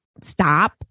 stop